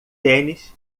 tênis